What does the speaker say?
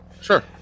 sure